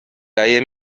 leihe